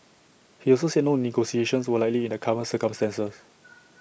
he also said no negotiations were likely in the current circumstances